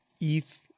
ETH